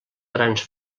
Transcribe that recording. grans